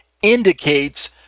indicates